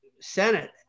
Senate